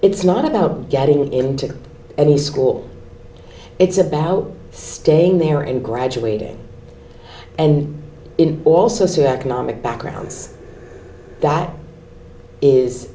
it's not about getting into any school it's about staying there and graduating and in also circle nomic backgrounds that is